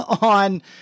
on